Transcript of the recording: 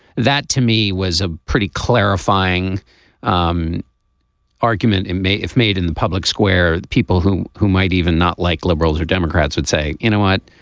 that to me was a pretty clarifying um argument it and may if made in the public square the people who who might even not like liberals or democrats would say you know what.